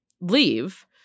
leave